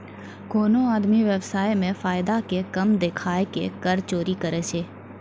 कोनो आदमी व्य्वसाय मे फायदा के कम देखाय के कर चोरी करै छै